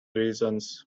reasons